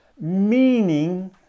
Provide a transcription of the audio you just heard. meaning